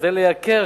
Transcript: כדי לייקר,